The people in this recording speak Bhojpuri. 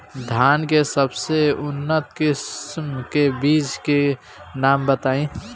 धान के सबसे उन्नत किस्म के बिज के नाम बताई?